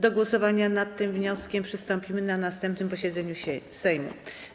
Do głosowania nad tym wnioskiem przystąpimy na następnym posiedzeniu Sejmu.